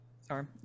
sorry